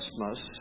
Christmas